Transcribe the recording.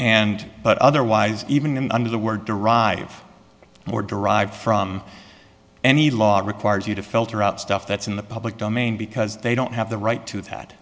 and but otherwise even under the word derive more derived from any law requires you to filter out stuff that's in the public domain because they don't have the right to that